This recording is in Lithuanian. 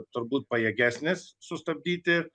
turbūt pajėgesnis sustabdyti